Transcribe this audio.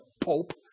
Pope